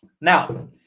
Now